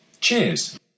Cheers